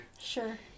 Sure